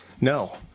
No